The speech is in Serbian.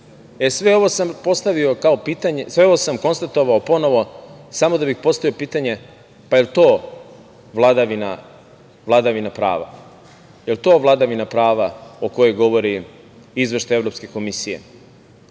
sve ovo sam konstatovano ponovo samo da bih postavio pitanje – da li je to vladavina prava? Da li je to vladavina prava o kojoj govori izveštaj Evropske komisije?